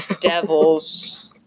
Devils